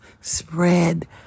Spread